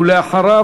ואחריו,